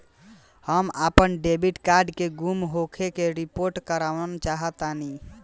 हम आपन debit card के गुम होखे के रिपोर्ट करवाना चाहत बानी